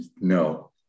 no